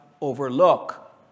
overlook